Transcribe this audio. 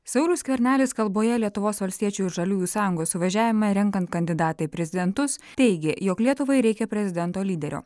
saulius skvernelis kalboje lietuvos valstiečių ir žaliųjų sąjungos suvažiavime renkant kandidatą į prezidentus teigė jog lietuvai reikia prezidento lyderio